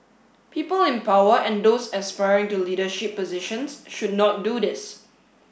people in power and those aspiring to leadership positions should not do this